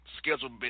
schedule